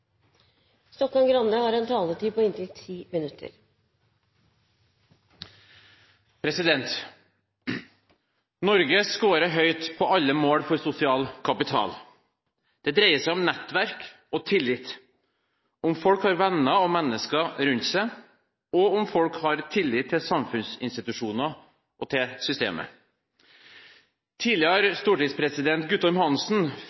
om folk har venner og mennesker rundt seg, og om folk har tillit til samfunnsinstitusjoner og til systemet. Tidligere stortingspresident Guttorm Hansen